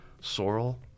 sorrel